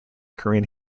korean